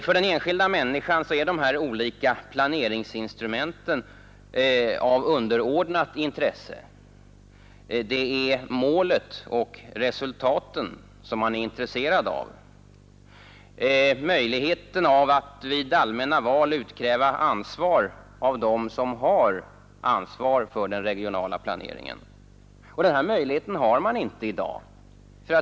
För den enskilda människan är de olika planeringsinstrumenten av underordnat intresse; det är målet och resultaten som man är intresserad av, möjligheten av att vid allmänna val utkräva ansvar av dem som har ansvar för den regionala planeringen. Denna möjlighet har man inte i dag.